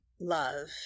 love